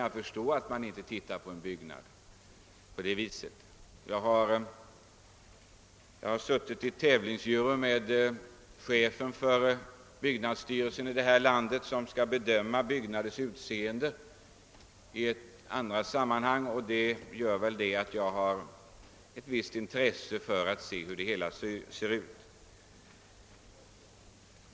Jag har suttit med i en tävlingsjury tillsammans med chefen för landets byggnadsstyrelse, som skall bedöma byggnaders utseende i andra sammanhang. Detta medför kanske att jag har ett visst intresse av hur det hela ser ut.